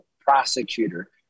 prosecutor